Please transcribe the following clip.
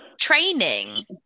Training